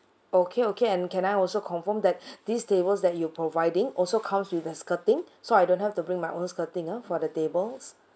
okay okay and can I also confirm that these tables that you providing also comes with the skirting so I don't have to bring my own skirting ah for the tables